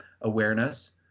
awareness